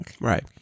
right